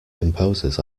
composers